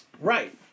Right